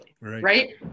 right